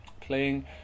playing